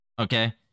Okay